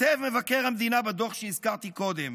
כותב מבקר המדינה בדוח שהזכרתי קודם,